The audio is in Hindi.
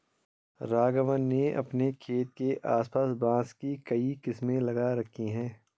राघवन ने अपने खेत के आस पास बांस की कई किस्में लगा रखी हैं